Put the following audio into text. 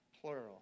plural